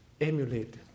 emulate